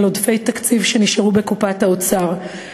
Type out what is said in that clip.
על עודפי תקציב שנשארו בקופת האוצר.